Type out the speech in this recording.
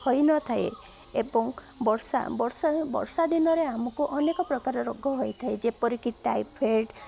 ହୋଇନଥାଏ ଏବଂ ବର୍ଷା ବର୍ଷା ବର୍ଷା ଦିନରେ ଆମକୁ ଅନେକ ପ୍ରକାର ରୋଗ ହୋଇଥାଏ ଯେପରିକି ଟାଇଫଏଡ଼